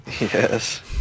Yes